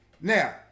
Now